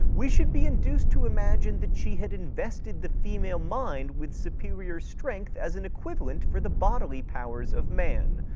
we should be induced to imagine, that she had invested the female mind with superior strength as an equivalent for the bodily powers of man.